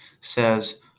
says